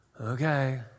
Okay